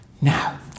Now